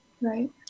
Right